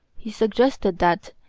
he suggested that,